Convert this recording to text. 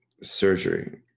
Surgery